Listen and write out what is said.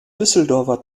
düsseldorfer